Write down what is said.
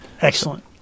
Excellent